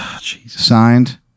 Signed